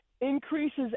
increases